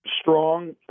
strong